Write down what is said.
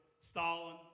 Stalin